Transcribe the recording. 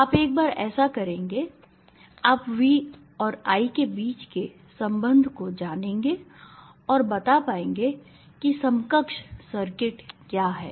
आप एक बार ऐसा करेंगे आप V और I के बीच के संबंध को जानेंगे और आप बता पाएंगे कि समकक्ष सर्किट क्या है